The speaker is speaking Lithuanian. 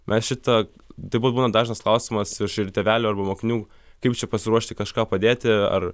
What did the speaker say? mes šitą taip pat būna dažnas klausimas iš ir tėvelių arba mokinių kaip čia pasiruošti kažką padėti ar